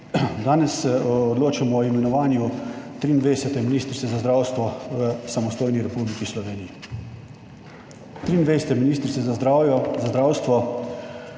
Danes odločamo o imenovanju 23. ministrice za zdravstvo v samostojni Republiki Sloveniji. 23. ministrica za zdravstvo,